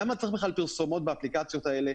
למה צריך בכלל פרסומות באפליקציות האלה?